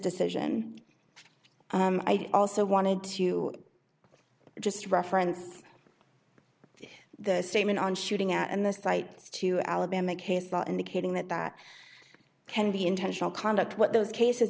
decision i also wanted to just reference the statement on shooting at and this flight to alabama case law indicating that that can be intentional conduct what those cases